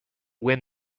win